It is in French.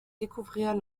découvrir